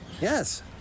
Yes